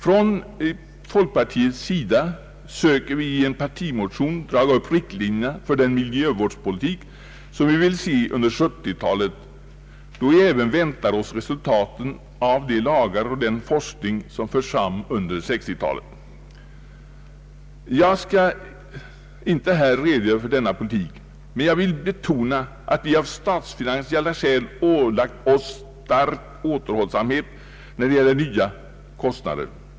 Från folkpartiet söker vi i en partimotion dra upp riktlinjerna för den miljövårdspolitik som vi vill se under 1970-talet, då vi även väntar oss resultaten av de lagar och den forskning som förts fram under 1960-talet. Jag skall inte här redogöra för denna politik, men jag vill betona att vi av statsfinansiella skäl ålagt oss stark återhållsamhet när det gäller nya kostnader.